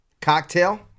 cocktail